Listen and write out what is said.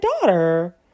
daughter